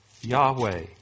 Yahweh